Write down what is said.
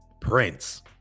prince